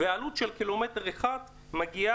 והעלות של ק"מ אחד מגיעה